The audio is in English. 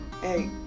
Hey